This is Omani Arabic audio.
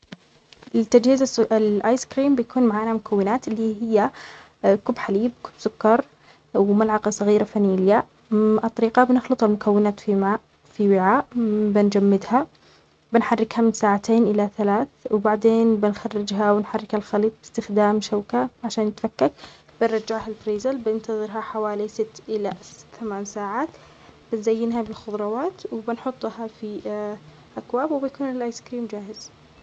لتجهيز الآيس كريم بيكون معنا مكونات اللي هي كوب حليب، كوب سكر، وملعقة صغيرة فانيليا. الطريقة بنخلطها المكونات في ماء في وعاء بنجمدها بنحركها من ساعتين إلى ثلاث وبعدين بنخرجها ونحرك الخليط باستخدام شوكة عشان نتفكك بنرجعها الفريزر بنتظرها حوالي ست إلى س -ثمن ساعات بتزينها بالخضراوات وبنحطها في أكواب وبيكون الآيس كريم جاهز.